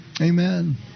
amen